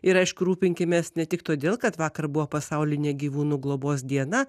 ir aišku rūpinkimės ne tik todėl kad vakar buvo pasaulinė gyvūnų globos diena